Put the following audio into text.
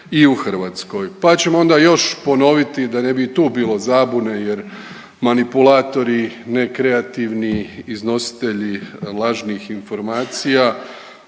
i u Hrvatskoj. Pa ćemo onda još ponoviti da ne bi i tu bilo zabune jer manipulatori nekreativni iznositelji lažnih informacija